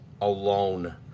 alone